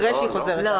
אחרי שהיא חוזרת לעבודה.